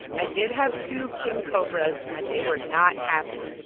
i did have two king cobras, and they were not happy.